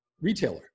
retailer